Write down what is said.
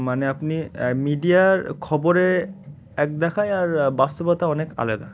মানে আপনি মিডিয়ার খবরে এক দেখায় আর বাস্তবতা অনেক আলাদা